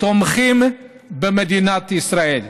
תומכים במדינת ישראל.